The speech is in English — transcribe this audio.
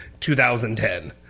2010